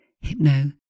Hypno